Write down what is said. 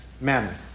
manner